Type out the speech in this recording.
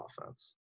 offense